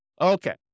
Okay